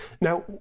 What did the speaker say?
now